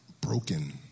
Broken